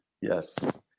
Yes